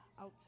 out